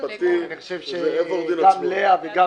עורך הדין עצמון.